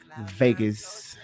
Vegas